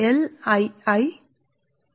loop ఇక్కడ మనం 2 కండక్టర్ల కోసం మాత్రమే వ్రాసాము